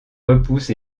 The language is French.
repousse